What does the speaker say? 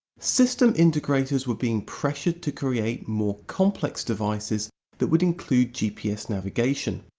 system integrators were being pressured to create more complex devices that would include gps navigation.